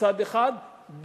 מצד אחד,